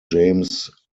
james